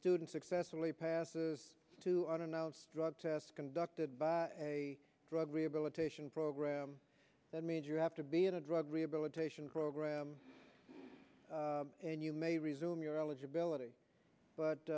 student successfully passes to unannounced drug tests conducted by a drug rehabilitation program that means you have to be in a drug rehabilitation program and you may resume your